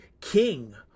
king